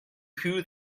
who